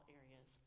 areas